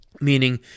Meaning